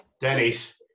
Dennis